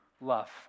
love